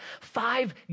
five